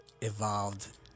evolved